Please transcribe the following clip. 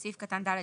בסעיף קטן (ד)(1),